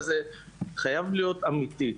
ולכן זה חייב להיות אמיתי.